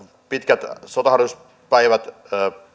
pitkiä sotaharjoituspäiviä